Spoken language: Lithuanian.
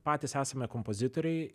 patys esame kompozitoriai